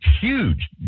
huge